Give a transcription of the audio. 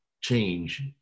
change